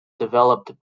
developed